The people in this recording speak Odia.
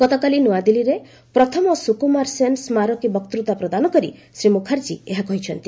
ଗତକାଲି ନୂଆଦିଲ୍ଲୀରେ ପ୍ରଥମ ସୁକୁମାର ସେନ୍ ସ୍ମାରକୀ ବକ୍ତୃତା ପ୍ରଦାନ କରି ଶ୍ରୀ ମୁଖାର୍ଜୀ ଏହା କହିଛନ୍ତି